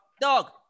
Dog